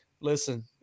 listen